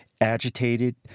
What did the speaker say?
Agitated